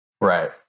Right